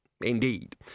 indeed